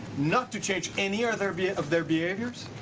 not to change any other of yeah of their behaviors?